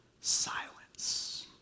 silence